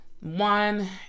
One